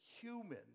human